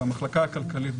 והמחלקה הכלכלית,